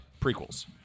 prequels